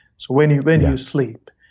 so when you when you sleep.